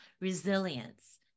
resilience